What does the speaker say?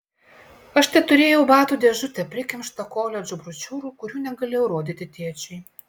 aš teturėjau batų dėžutę prikimštą koledžų brošiūrų kurių negalėjau rodyti tėčiui